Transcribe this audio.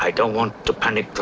i don't want to panic